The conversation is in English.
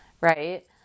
right